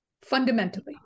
Fundamentally